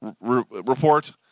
report